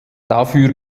dafür